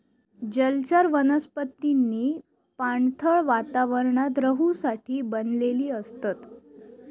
जलचर वनस्पतींनी पाणथळ वातावरणात रहूसाठी बनलेली असतत